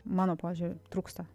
mano požiūriu trūksta